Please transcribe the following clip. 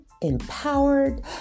empowered